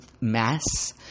mass